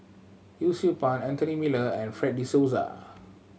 Yee Siew Pun Anthony Miller and Fred De Souza